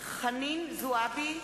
חנין זועבי,